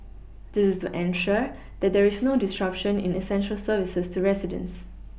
this is to ensure that there is no disruption in essential services to residents